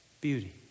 beauty